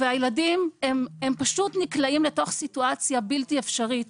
והילדים הם פשוט נקלעים לתוך סיטואציה בלתי אפשרית.